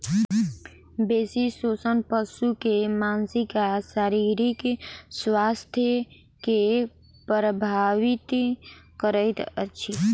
बेसी शोषण पशु के मानसिक आ शारीरिक स्वास्थ्य के प्रभावित करैत अछि